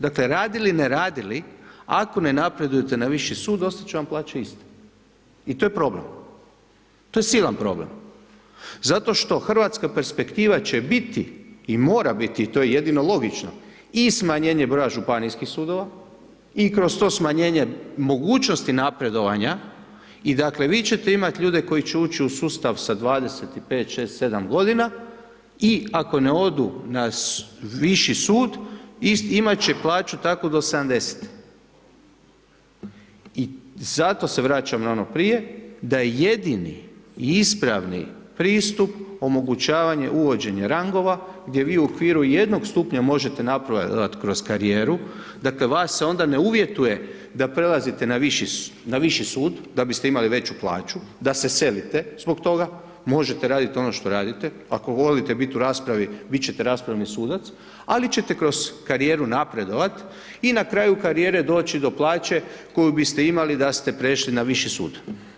Dakle, radili, ne radili, ako ne napredujete na viši sud, ostat će vam plaća ista i to je problem, to je silan problem, zato što hrvatska perspektiva će biti i mora biti i to je jedino logično i smanjenje broja županijskih sudova i kroz to smanjenje mogućnosti napredovanja i dakle, vi ćete imati ljude koji će ući u sustav sa 25, 26, 27 godina i ako ne odu na viši sud, imat će plaću takvu do 70 i zato se vraćam na ono prije da je jedini i ispravni pristup omogućavanje uvođenja rangova gdje vi u okviru jednog stupnja možete napredovati kroz karijeru, dakle, vas se onda ne uvjetuje da prelazite na viši sud da biste imali veću plaću, da se selite zbog toga, možete raditi ono što radite, ako volite biti u raspravi, bit ćete raspravni sudac, ali ćete kroz karijeru napredovat i na kraju karijere doći do plaće koju biste imali da ste prešli na viši sud.